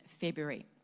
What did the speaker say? February